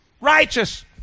righteous